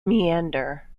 meander